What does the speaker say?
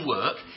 work